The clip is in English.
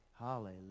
Hallelujah